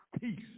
peace